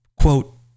quote